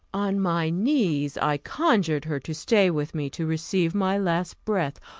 on my knees i conjured her to stay with me to receive my last breath.